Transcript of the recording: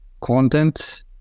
content